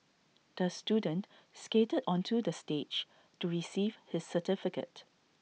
the student skated onto the stage to receive his certificate